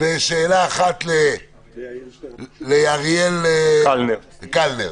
ושאלה אחת לאריאל קלנר.